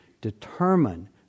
determine